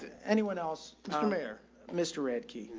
anyone else bear mister radke?